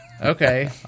Okay